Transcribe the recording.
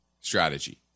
strategy